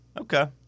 Okay